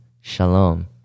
Shalom